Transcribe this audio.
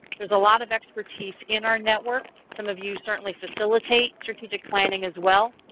there's a lot of expertise in our network. some of you certainly facilitate strategic planning as well.